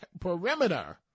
perimeter